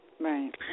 Right